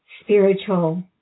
spiritual